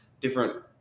different